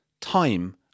time